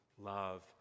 love